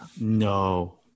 no